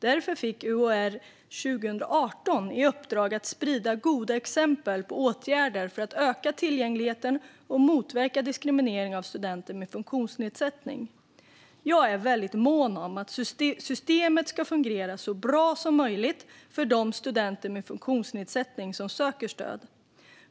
Därför fick UHR 2018 i uppdrag att sprida goda exempel på åtgärder för att öka tillgängligheten och motverka diskriminering av studenter med funktionsnedsättning. Jag är väldigt mån om att systemet ska fungera så bra som möjligt för de studenter med funktionsnedsättning som söker stöd.